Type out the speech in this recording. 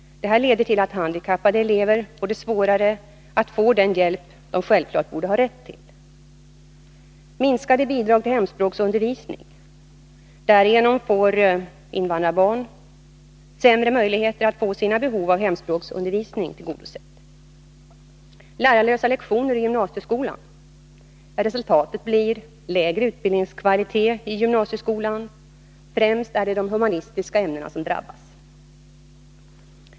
Det leder till att handikappade elever får svårare att få den hjälp de självklart borde ha rätt till. Bidragen till hemspråksundervisning har minskats. Därigenom får invandrarbarn sämre möjligheter att få sina behov av hemspråksundervisning tillgodosedda. Lärarlösa lektioner i gymnasieskolan resulterar i lägre utbildningskvalitet. Främst drabbas de humanistiska ämnena.